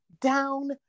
down